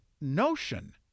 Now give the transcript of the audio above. notion